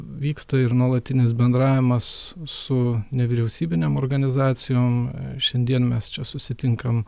vyksta ir nuolatinis bendravimas su nevyriausybinėm organizacijom šiandien mes čia susitinkam